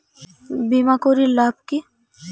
বিমা করির লাভ কি?